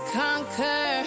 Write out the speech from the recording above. conquer